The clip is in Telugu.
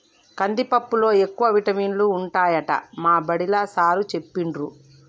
కందిపప్పులో ఎక్కువ విటమినులు ఉంటాయట మా బడిలా సారూ చెప్పిండు